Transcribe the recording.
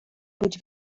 być